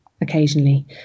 occasionally